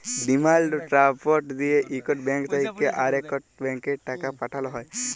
demand draft দিঁয়ে ইকট bank থ্যাইকে আরেকট ব্যাংকে টাকা পাঠাল হ্যয়